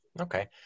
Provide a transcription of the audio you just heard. okay